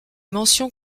mentions